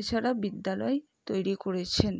এছাড়া বিদ্যালয় তৈরি করেছেন